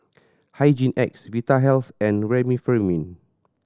Hygin X Vitahealth and Remifemin